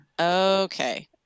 Okay